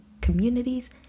communities